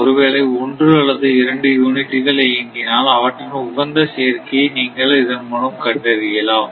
ஒருவேளை 1 அல்லது 2 யூனிட்டுகள் இயங்கினால் அவற்றின் உகந்த சேர்க்கையை நீங்கள் இதன்மூலம் கண்டறியலாம்